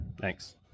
Thanks